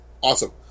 awesome